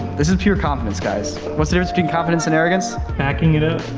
this is pure confidence guys what's there between confidence and arrogance? backing it up?